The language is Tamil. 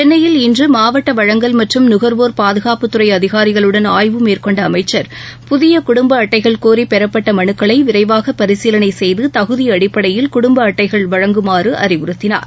சென்னையில் இன்று மாவட்ட வழங்கல் மற்றும் நுகர்வோர் பாதுகாப்பு துறை அதிகாரிகளுடன் ஆய்வு மேற்கொண்ட அமைச்சர் புதிய குடும்ப அட்டைகள் கோரி பெறப்பட்ட மனுக்களை விரைவாக பரிசீலனை செய்து தகுதி அடிப்படையில் குடும்ப அட்டைகள் வழங்குமாறு அறிவுறுத்தினார்